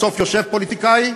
בסוף יושב פוליטיקאי,